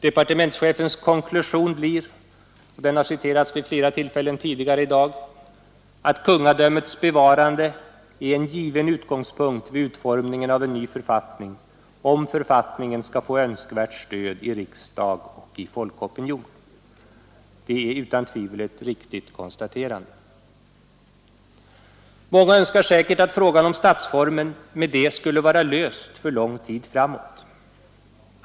Departementschefens konklusion blir — den har citerats vid flera tillfällen tidigare i dag — att kungadömets bevarande är en given utgångspunkt vid utformningen av en ny författning om författningen skall få önskvärt stöd i riksdagen och i folkopinionen. Detta är utan tvivel ett riktigt konstaterande. Många önskar säkert att frågan om statsformen med detta skulle vara löst för lång tid framåt.